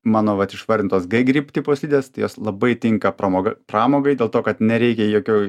mano vat išvardintos g grip tipo slidės tai jos labai tinka pramoga pramogai dėl to kad nereikia jokių